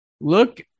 look